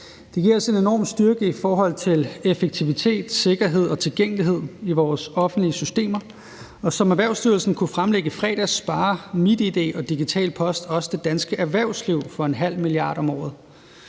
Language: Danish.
Det giver os en enorm styrke i forhold til effektivitet, sikkerhed og tilgængelighed i vores offentlige systemer. Som Erhvervsstyrelsen kunne fremlægge i fredags, sparer MitID og Digital Post også det danske erhvervsliv for en halv milliard om året.